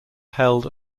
held